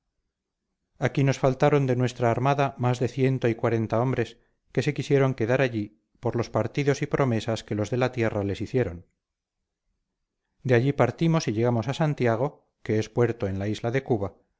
aquí nos faltaron de nuestra armada más de ciento y cuarenta hombres que se quisieron quedar allí por los partidos y promesas que los de la tierra les hicieron de allí partimos y llegamos a santiago que es puerto en la isla de cuba donde en algunos días que